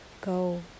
go